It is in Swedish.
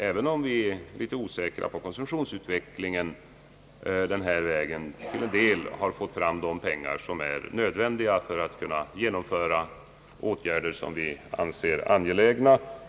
Även om vi är litet osäkra på konsumtionsutvecklingen tror vi att det på denna väg är möjligt att till en del få fram de pengar som är nödvändiga för att kunna genomföra de åtgärder vi finner angelägna.